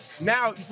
Now